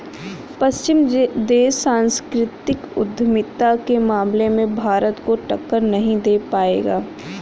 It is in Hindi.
पश्चिमी देश सांस्कृतिक उद्यमिता के मामले में भारत को टक्कर नहीं दे पाएंगे